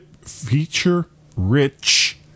feature-rich